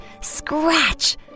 scratch